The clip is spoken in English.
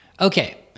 Okay